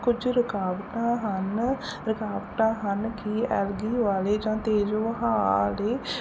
ਕੁਝ ਰੁਕਾਵਟਾਂ ਹਨ ਰੁਕਾਵਟਾਂ ਹਨ ਕਿ ਐਲਗੀ ਵਾਲੇ ਜਾਂ ਤੇਜ਼ ਵਹਾ ਵਾਲੇ